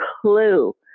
clue